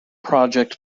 project